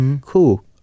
cool